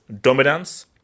dominance